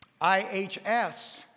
IHS